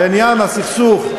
עניין הסכסוך,